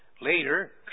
Later